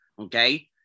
okay